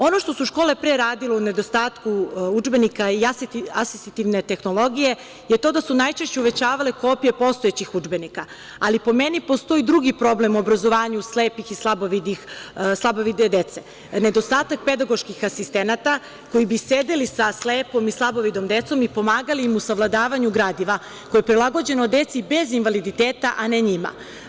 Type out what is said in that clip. Ono što su škole pre radile u nedostatku udžbenika i asesitivne tehnologije je to da su najčešće uvećavale kopije postojećih udžbenika, ali po meni postoji drugi problem u obrazovanju slepe i slabovide dece – nedostatak pedagoških asistenata, koji bi sedeli sa slepom i slabovidom decom i pomagali im u savladavanju gradiva koje je prilagođeno deci bez invaliditeta, a ne njima.